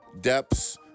depths